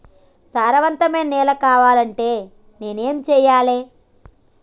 సారవంతమైన నేల కావాలంటే నేను ఏం చెయ్యాలే?